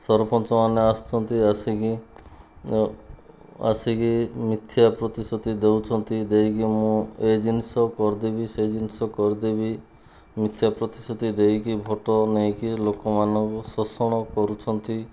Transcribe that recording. ସରପଞ୍ଚମାନେ ଆସୁଛନ୍ତି ଆସିକି ଆସିକି ମିଥ୍ୟା ପ୍ରତିଶୃତି ଦେଉଛନ୍ତି ଦେଇକି ମୁଁ ଏ ଜିନିଷ କରିଦେବି ସେ ଜିନିଷ କରିଦେବି ମିଥ୍ୟା ପ୍ରତିଶୃତି ଦେଇକି ଭୋଟ ନେଇକି ଲୋକମାନଙ୍କୁ ଶୋଷଣ କରୁଛନ୍ତି